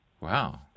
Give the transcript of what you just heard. Wow